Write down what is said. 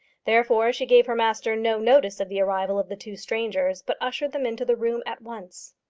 therefore, she gave her master no notice of the arrival of the two strangers, but ushered them into the room at once.